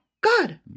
God